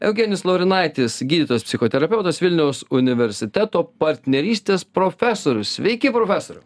eugenijus laurinaitis gydytojas psichoterapeutas vilniaus universiteto partnerystės profesorius sveiki profesoriau